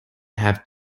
have